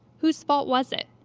whose fault was it?